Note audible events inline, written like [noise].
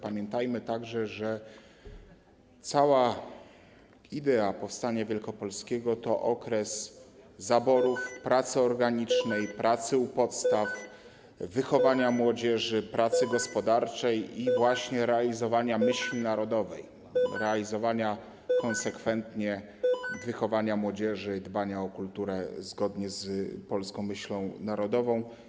Pamiętajmy także, że cała idea powstania wielkopolskiego to okres zaborów, [noise] pracy organicznej, pracy u podstaw, wychowania młodzieży, pracy gospodarczej i właśnie realizowania myśli narodowej, realizowania konsekwentnie wychowania młodzieży, dbania o kulturę zgodnie z polską myślą narodową.